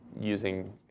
using